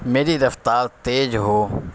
میری رفتار تیز ہو